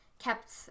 kept